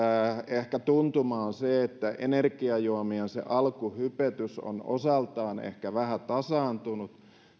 tuntuma on se että energiajuomien alkuhypetys on osaltaan ehkä vähän tasaantunut